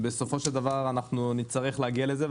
בסופו של דבר, אנחנו נצטרך להגיע לזה.